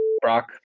Brock